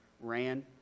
ran